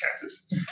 cancers